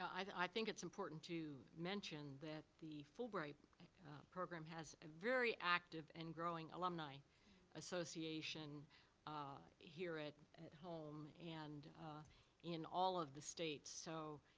i think it's important to mention that the fulbright program has a very active and growing alumni association here at at home, and in all of the states, so